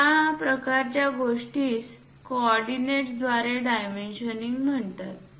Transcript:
या प्रकारच्या गोष्टीस कॉर्डिनेट्सद्वारे डायमेन्शिंग म्हणतात